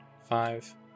five